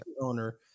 owner